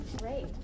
Great